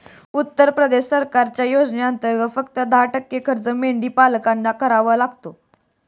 उत्तर प्रदेश सरकारच्या योजनेंतर्गत, फक्त दहा टक्के खर्च मेंढीपालकांना करावा लागतो